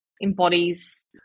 embodies